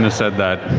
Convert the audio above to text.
and said that.